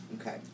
Okay